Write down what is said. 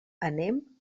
anem